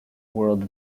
world